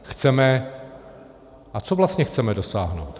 Chceme... a co vlastně chceme dosáhnout?